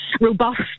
robust